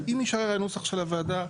אם יישאר נוסח הוועדה,